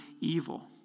evil